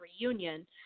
reunion